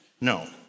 No